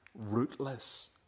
rootless